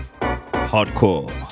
hardcore